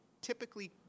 typically